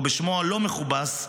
או בשמו הלא מכובס,